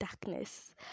Darkness